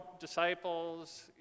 disciples